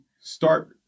start